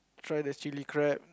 try the chili crab